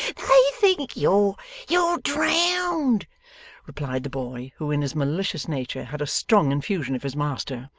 they think you're you're drowned replied the boy, who in his malicious nature had a strong infusion of his master.